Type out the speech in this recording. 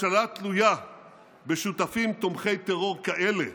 חברי הכנסת: כשהממשלה תלויה בשותפים תומכי טרור כאלה,